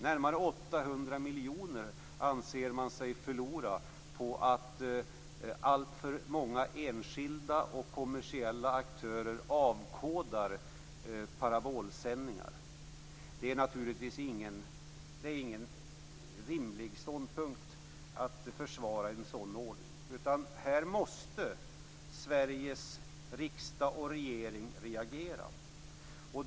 Närmare 800 miljoner anser man sig förlora på att alltför många enskilda och kommersiella aktörer avkodar parabolsändningar. Det är naturligtvis inte någon rimlig ståndpunkt att försvara en sådan ordning, utan här måste Sveriges riksdag och regering reagera.